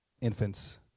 infants